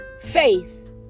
faith